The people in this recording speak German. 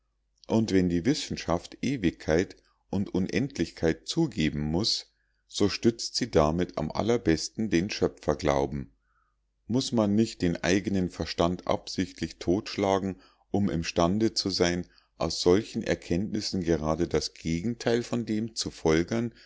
und wenn die wissenschaft ewigkeit und unendlichkeit zugeben muß so stützt sie damit am allerbesten den schöpferglauben muß man nicht den eigenen verstand absichtlich totschlagen um imstande zu sein aus solchen erkenntnissen gerade das gegenteil von dem zu folgern